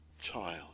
child